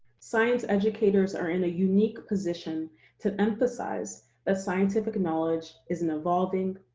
science educators are in a unique position to emphasize that scientific knowledge is an evolving,